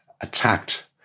attacked